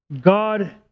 God